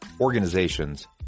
organizations